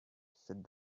said